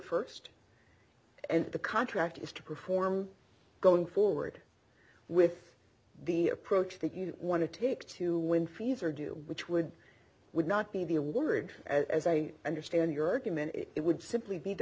first and the contract is to perform going forward with the approach that you want to take to win fees or do which would would not be the award as i understand your argument it would simply